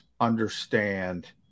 understand